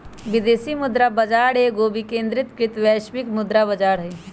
विदेशी मुद्रा बाजार एगो विकेंद्रीकृत वैश्विक मुद्रा बजार हइ